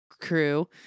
crew